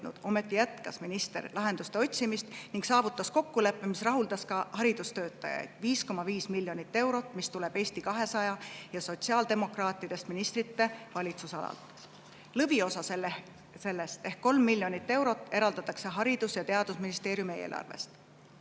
Ometi jätkas minister lahenduste otsimist ning saavutas kokkuleppe, mis rahuldas ka haridustöötajaid: 5,5 miljonit eurot, mis tuleb Eesti 200 ja sotsiaaldemokraatidest ministrite valitsusalast. Lõviosa sellest ehk 3 miljonit eurot eraldatakse Haridus‑ ja Teadusministeeriumi eelarvest. Õpetajate